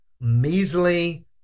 measly